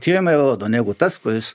tyrimai rodo negu tas kuris